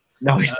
No